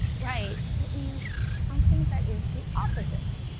right, it means something that is the opposite.